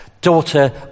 daughter